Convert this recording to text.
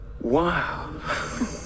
Wow